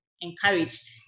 encouraged